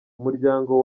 umuryango